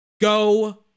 Go